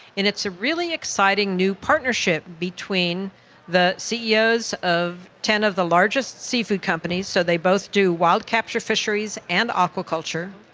and it's a really exciting new partnership between the ceos of ten of the largest seafood companies, so they both do wild capture fisheries and aquaculture,